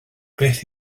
beth